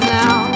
now